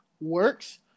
works